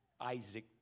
Isaac